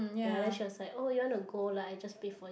ya then she was like oh you want to go like I just pay for